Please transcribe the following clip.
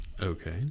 Okay